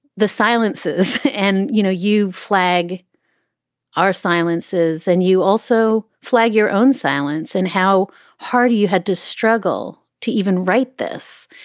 the silences and, you know, you flag our silences and you also flag your own silence and how hard you you had to struggle to even write this.